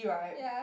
ya